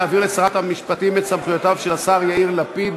להעביר לשרת המשפטים את סמכויותיו של השר יאיר לפיד,